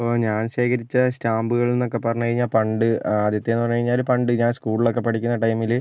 ഇപ്പോൾ ഞാൻ ശേഖരിച്ച സ്റ്റാമ്പുകൾ എന്നൊക്കെ പറഞ്ഞു കഴിഞ്ഞാൽ പണ്ട് ആദ്യത്തെയെന്ന് പറഞ്ഞു കഴിഞ്ഞാൽ പണ്ട് ഞാൻ സ്കുളിലൊക്കെ പഠിക്കുന്ന ടൈമിൽ